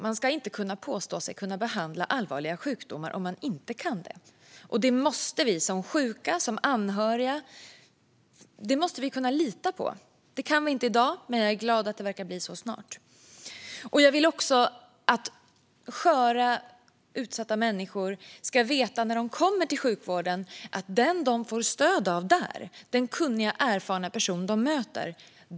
Man ska inte kunna påstå att man kan behandla allvarliga sjukdomar om man inte kan det, och det måste vi som sjuka och som anhöriga kunna lita på. Det kan vi inte i dag, men jag är glad att det verkar bli så snart. Jag vill också att sköra, utsatta människor ska veta att när de kommer till sjukvården får de stöd av kunniga och erfarna personer.